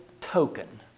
token